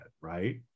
right